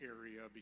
area